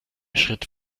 schritt